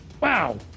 Wow